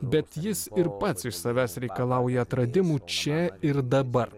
bet jis ir pats iš savęs reikalauja atradimų čia ir dabar